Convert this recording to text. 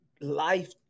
life